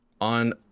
on